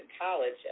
college